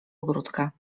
ogródka